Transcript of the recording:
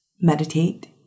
meditate